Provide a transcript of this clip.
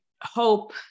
hope